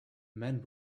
man